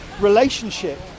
relationship